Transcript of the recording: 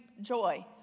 joy